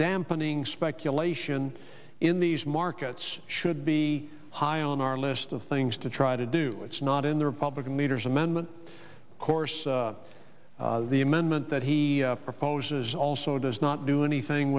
dampening speculation in these markets should be high on our list of things to try to do it's not in the republican leader's amendment course the amendment that he proposes also does not do anything